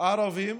ערבים